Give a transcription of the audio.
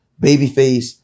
Babyface